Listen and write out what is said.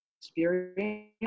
experience